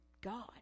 God